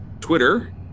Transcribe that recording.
Twitter